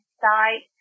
site